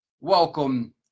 welcome